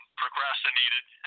procrastinated